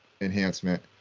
enhancement